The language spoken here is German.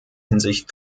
hinsicht